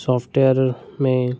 software में